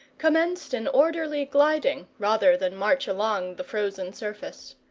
commenced an orderly gliding rather than march along the frozen surface.